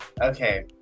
Okay